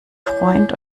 freund